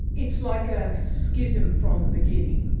it's like a schism from the beginning.